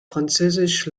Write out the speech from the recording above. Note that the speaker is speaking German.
französisch